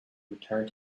return